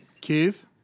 Keith